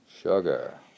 sugar